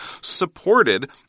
supported